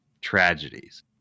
tragedies